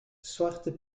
zwarte